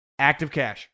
activecash